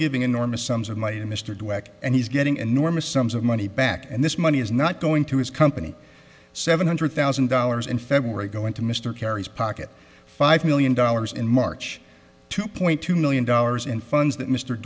giving enormous sums of money to mr dweck and he's getting enormous sums of money back and this money is not going to his company seven hundred thousand dollars in february go into mr kerry's pocket five million dollars in march two point two million dollars in funds that mr